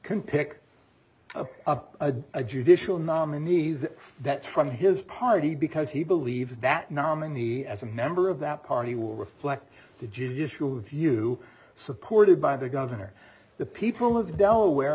can pick a a judicial nominee that that from his party because he believes that nominee as a member of that party will reflect the judicial view supported by the governor the people of delaware